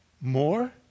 more